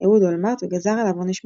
אהוד אולמרט וגזר עליו עונש מוות.